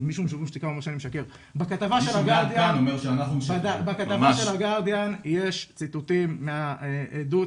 בכתבה של הגרדיאן יש ציטוטים מהעדות